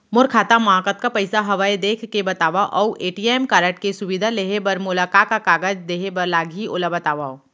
मोर खाता मा कतका पइसा हवये देख के बतावव अऊ ए.टी.एम कारड के सुविधा लेहे बर मोला का का कागज देहे बर लागही ओला बतावव?